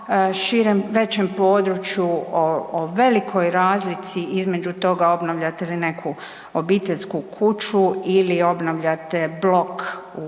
većem području, o velikoj razlici obnavljate li neku obiteljsku kuću ili obnavljate blok u